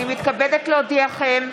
הינני מתכבדת להודיעכם,